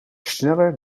sneller